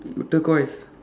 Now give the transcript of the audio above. turquoise